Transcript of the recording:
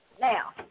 now